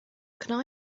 can